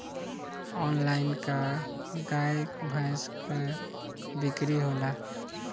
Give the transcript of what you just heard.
Online का गाय भैंस क बिक्री होला?